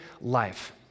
life